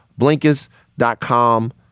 Blinkist.com